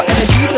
Energy